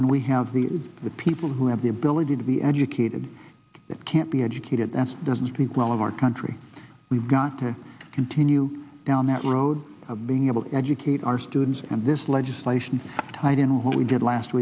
when we have the the people who have the ability to be educated that can't be educated and doesn't speak well of our country we've got to continue down that road of being able to educate our students and this legislation tied into what we did last